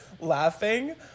laughing